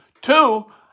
Two